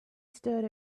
stood